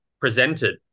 presented